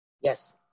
yes